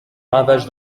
ravages